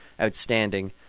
Outstanding